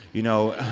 you know